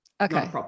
Okay